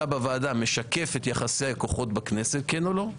בוועדה משקף את יחסי הכוחות שבכנסת כן או לא.